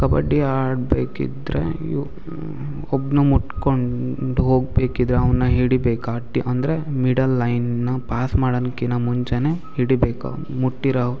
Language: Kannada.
ಕಬಡ್ಡಿ ಆಡಬೇಕಿದ್ರೆ ಇವ್ ಒಬ್ನುಗೆ ಮುಟ್ಟಿಕೊಂಡು ಹೋಗಬೇಕಿದ್ರೆ ಅವನ್ನ ಹಿಡಿಬೇಕು ಆ ಟಿ ಅಂದರೆ ಮಿಡಲ್ ಲೈನನ್ನ ಪಾಸ್ ಮಾಡನ್ಕಿನ ಮುಂಚೆಯೇ ಹಿಡಿಯಬೇಕು ಅವ್ನು ಮುಟ್ಟಿರೊ